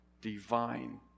divine